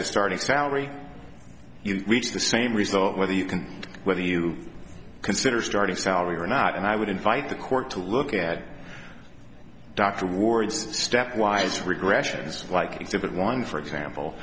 to starting salary you reach the same result whether you can whether you consider starting salary or not and i would invite the court to look at dr ward's stepwise regression is like exhibit one for example